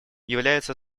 является